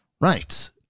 Right